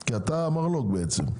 כי אתה המרלו"ג בעצם.